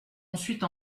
ensuite